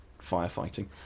firefighting